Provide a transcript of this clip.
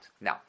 Now